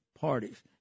parties